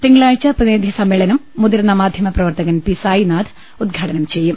തിങ്കളാഴ്ച പ്രതിനിധി സമ്മേളനം മുതിർന്ന മാധ്യമ പ്രവർത്തകൻ പി സായിനാഥ് ഉദ്ഘാടനം ചെയ്യും